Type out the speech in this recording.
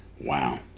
Wow